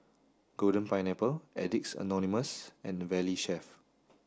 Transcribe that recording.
Golden Pineapple Addicts Anonymous and Valley Chef